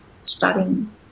studying